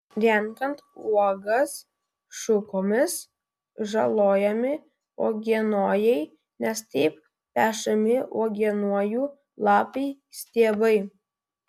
renkant uogas šukomis žalojami uogienojai nes taip pešami uogienojų lapai stiebai